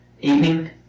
evening